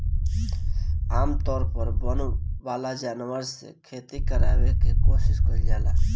आमतौर पर वन वाला जानवर से खेती करावे के कोशिस कईल जाला